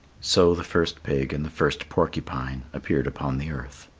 so the first pig and the first porcupine appeared upon the earth.